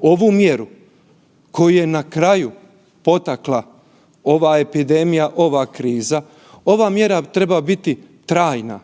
Ovu mjeru koju je na kraju potakla ova epidemija, ova kriza, ova mjera treba biti trajna.